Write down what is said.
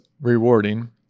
rewarding